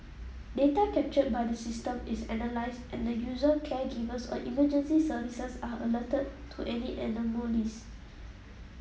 data captured by the system is analysed and the user caregivers or emergency services are alerted to any anomalies